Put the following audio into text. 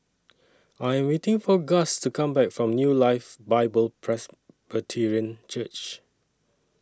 I Am waiting For Gus to Come Back from New Life Bible Presbyterian Church